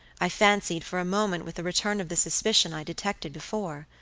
i fancied, for a moment with a return of the suspicion i detected before.